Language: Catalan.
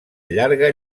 llarga